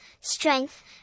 strength